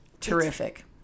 Terrific